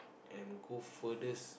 and go furthest